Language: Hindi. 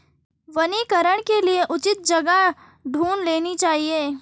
वनीकरण के लिए उचित जगह ढूंढ लेनी चाहिए